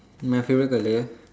my favourite colour